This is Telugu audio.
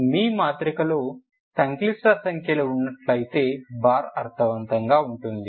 మీ మాత్రికలో సంక్లిష్ట సంఖ్యలు ఉన్నట్లయితే బార్ అర్థవంతంగా ఉంటుంది